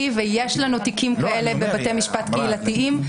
ויש לנו תיקים כאלה בבתי משפט קהילתיים.